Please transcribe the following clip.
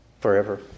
forever